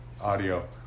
audio